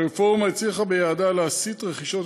הרפורמה הצליחה ביעדה להסיט רכישות